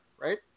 right